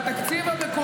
מה די?